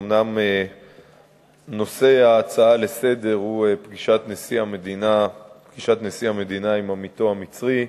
אומנם נושא ההצעה לסדר-היום הוא פגישת נשיא המדינה עם עמיתו המצרי,